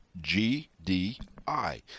GDI